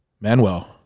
Manuel